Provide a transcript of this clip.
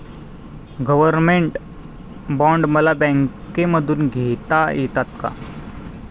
Government bond मला बँकेमधून घेता येतात का?